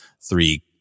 three-